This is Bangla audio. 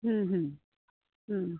হুম হুম হুম